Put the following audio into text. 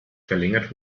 verlängert